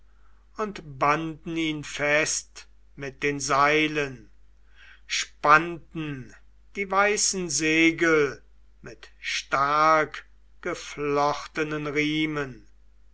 und banden ihn fest mit den seilen spannten die weißen segel mit starkgeflochtenen riemen